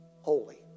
holy